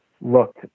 looked